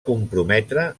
comprometre